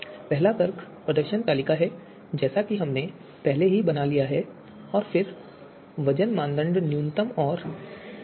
पहला तर्क प्रदर्शन तालिका है जैसा कि हमने पहले ही बना लिया है और फिर वज़न फिर मानदंड न्यूनतम और वी